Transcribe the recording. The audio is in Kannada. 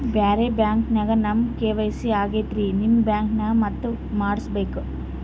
ಬ್ಯಾರೆ ಬ್ಯಾಂಕ ನ್ಯಾಗ ನಮ್ ಕೆ.ವೈ.ಸಿ ಆಗೈತ್ರಿ ನಿಮ್ ಬ್ಯಾಂಕನಾಗ ಮತ್ತ ಮಾಡಸ್ ಬೇಕ?